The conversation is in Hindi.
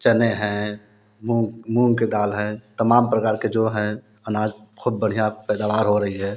चने हैं मूँग मूँग के दाल हैं तमाम प्रकार के जो हैं अनाज बहुत बढ़िया पैदावार हो रही है